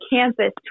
Campus